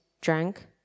drank